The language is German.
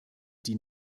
die